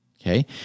okay